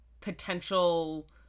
potential